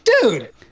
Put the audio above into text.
dude